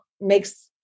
makes